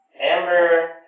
Amber